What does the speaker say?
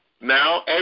now